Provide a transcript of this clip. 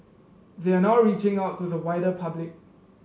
they are now reaching out to the wider public